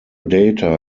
data